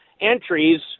entries